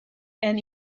and